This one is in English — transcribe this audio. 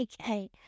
Okay